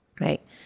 right